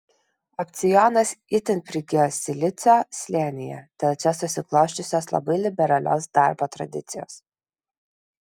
opcionas itin prigijo silicio slėnyje dėl čia susiklosčiusios labai liberalios darbo tradicijos